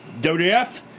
WDF